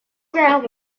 ground